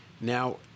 Now